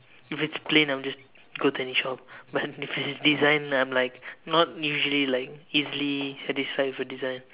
if it's plain I'll just go to any shop but if it's design I'm like not usually like easily satisfied with a design